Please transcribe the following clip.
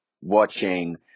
watching